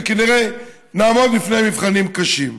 וכנראה נעמוד בפני מבחנים קשים.